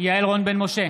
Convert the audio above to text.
יעל רון בן משה,